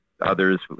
others